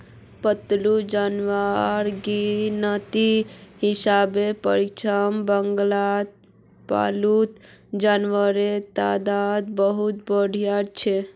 पालतू जानवरेर गिनतीर हिसाबे पश्चिम बंगालत पालतू जानवरेर तादाद बहुत बढ़िलछेक